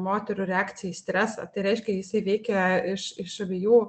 moterų reakciją į stresą tai reiškia jisai veikia iš iš abiejų